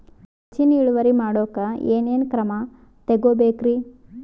ಹೆಚ್ಚಿನ್ ಇಳುವರಿ ಮಾಡೋಕ್ ಏನ್ ಏನ್ ಕ್ರಮ ತೇಗೋಬೇಕ್ರಿ?